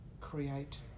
create